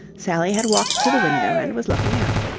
sally had walked to the window and was looking out.